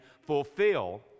fulfill